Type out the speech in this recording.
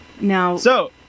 Now